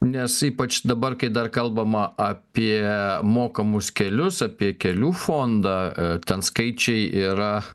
nes ypač dabar kai dar kalbama apie mokamus kelius apie kelių fondą ten skaičiai yra